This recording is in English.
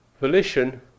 volition